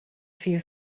few